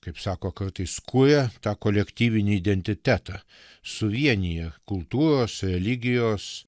kaip sako kartais kuria tą kolektyvinį identitetą suvienija kultūros religijos